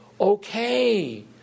okay